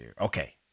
okay